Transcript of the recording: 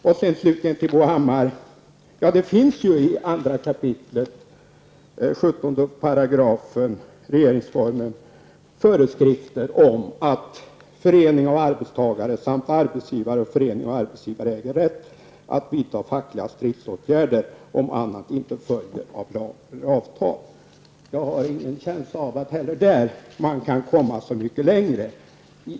Sedan vill jag slutligen säga till Bo Hammar att det i 2 kap. 17 § regeringsformen föreskrivs att: ''Förening av arbetstagare samt arbetsgivare och förening av arbetsgivare äger rätt att vidtaga fackliga stridsåtgärder, om annat ej följer av lag eller avtal.'' Jag har en känsla av att man inte heller där kan komma så mycket längre.